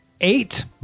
eight